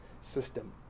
system